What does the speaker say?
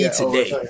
today